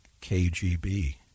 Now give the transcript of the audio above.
KGB